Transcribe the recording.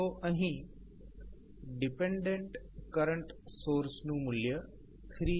તો અહીં dependent current સોર્સનું મૂલ્ય 3i1છે